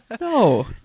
No